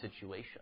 situation